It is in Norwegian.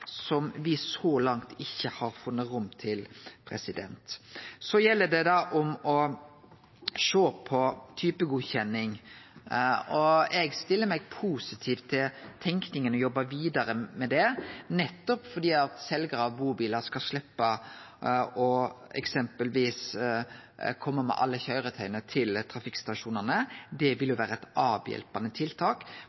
som me så langt ikkje har funne rom for. Så til det som gjeld å sjå på typegodkjenning: Eg stiller meg positiv til tanken om å jobbe vidare med det, nettopp fordi seljarar av bubilar skal sleppe eksempelvis å kome med alle køyretøya sine til trafikkstasjonane. Det